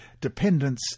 dependence